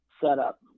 setup